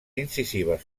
incisives